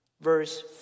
Verse